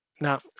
Now